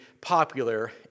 popular